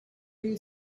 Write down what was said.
you